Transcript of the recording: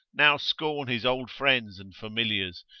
now scorn his old friends and familiars,